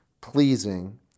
pleasing